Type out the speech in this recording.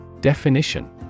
Definition